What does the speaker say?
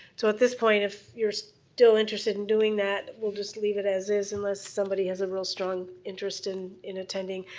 so at this point, if you're still interested in doing that we'll just leave it as is, unless somebody has a real strong interest in in attending.